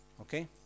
Okay